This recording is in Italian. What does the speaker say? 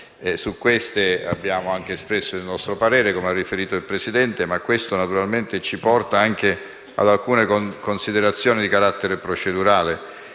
su cui abbiamo anche espresso il nostro parere, come ha riferito il Presidente, ma questo naturalmente ci porta anche ad alcune considerazioni di carattere procedurale,